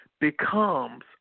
becomes